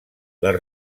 les